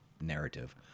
narrative